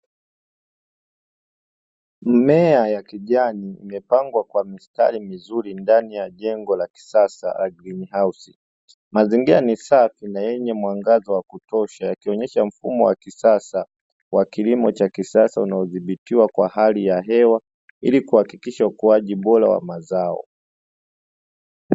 Mimea ya kijani imepandwa kwa mistari mizuri, ndani ya jengo la kisasa la "Greenhouse". Mazingira ni safi na yenye mwangaza wa kutosha, yakionyesha mfumo wa kisasa wa kilimo cha kisasa, unaodhibitiwa kwa hali ya hewa; ili kuhakikisha ukuaji bora wa mazao.